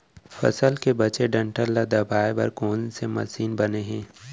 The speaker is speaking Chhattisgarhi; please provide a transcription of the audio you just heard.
फसल के बचे डंठल ल दबाये बर कोन से मशीन बने हे?